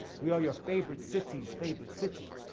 we are your favorite city's favorite city.